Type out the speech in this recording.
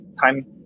time